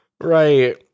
Right